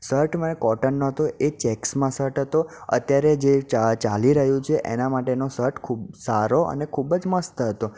shirt મને કોટનનો હતો એ ચેક્સમાં સર્ટ હતો અત્યારે જે ચા ચાલી રહ્યું છે એના માટેનો સર્ટ ખૂબ સારો અને ખૂબ જ મસ્ત હતો